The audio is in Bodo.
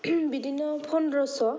बिदिनो पनद्रस'